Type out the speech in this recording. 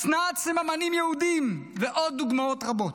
הצנעת סממנים יהודיים ועוד דוגמאות רבות.